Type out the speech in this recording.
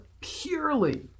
purely